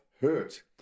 hurt